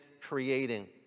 creating